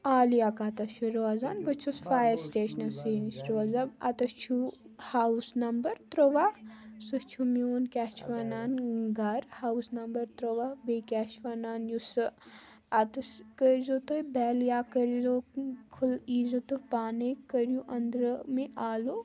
عالِیہ کَتَس چھِ روزان بہٕ چھَس فایر سِٹیشَنَسٕے نِش روزان اَتَس چھُ ہاوُس نمبر تُرٛواہ سُہ چھُ میون کیٛاہ چھِ وَنان گَرٕ ہاوُس نمبر تُرٛواہ بیٚیہِ کیٛاہ چھِ وَنان یُس سُہ اَتَس کٔرۍزیو تُہۍ بٮ۪ل یا کٔرۍزیو کھُل ییٖزیو تہٕ پانَے کٔریوٗ أنٛدرٕ مےٚ آلَو